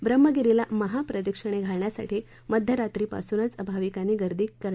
ब्रम्हगिरीला महाप्रदक्षिणा घालण्यासाठी मध्यरात्रीपासूनच भाविकांनी गर्दी करणं सुरू केले